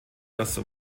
das